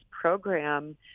program